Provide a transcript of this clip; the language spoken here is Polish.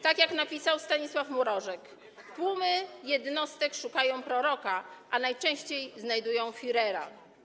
Tak jak napisał Stanisław Mrożek, tłumy jednostek szukają proroka, ale najczęściej znajdują Führera.